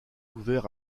ouvert